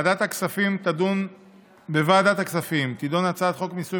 בוועדת הכספים תידון הצעת חוק מיסוי